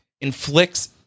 inflicts